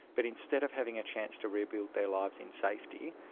but instead of having a chance to rebuild their lives in safety,